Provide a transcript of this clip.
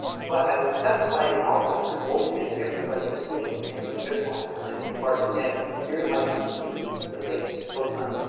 but i will specify an algorithm that always gives everybody the same answer bit-wise and will be part of the standard. how you compute the fake cosine.